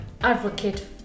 advocate